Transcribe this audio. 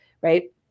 right